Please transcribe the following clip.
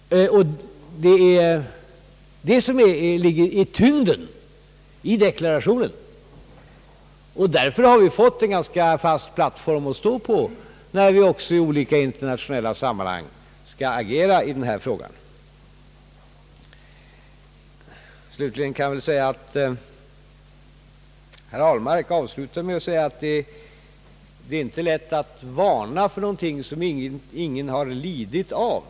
Det är det som är tyngdpunkten i deklarationen. Därför har vi fått en ganska fast plattform att stå på när vi också i olika internationella sammanhang skall agera i denna fråga. Herr Ahlmark avslutade sitt anförande med att säga att det inte är lätt att varna för någonting som ingen har lidit av.